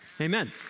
Amen